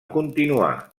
continuar